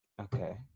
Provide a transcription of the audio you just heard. okay